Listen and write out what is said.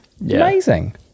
amazing